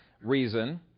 reason